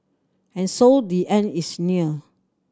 and so the end is near